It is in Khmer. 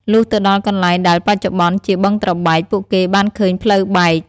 លុះទៅដល់កន្លែងដែលបច្ចុប្បន្នជា បឹងត្របែក ពួកគេបានឃើញផ្លូវបែក។